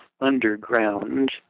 underground